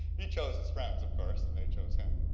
he chose his friends, of course, and they chose him.